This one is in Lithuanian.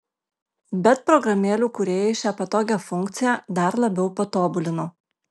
bet programėlių kūrėjai šią patogią funkciją dar labiau patobulino